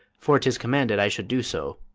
for tis commanded i should do so.